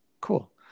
Cool